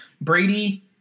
Brady